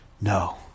No